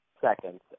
seconds